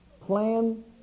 Plan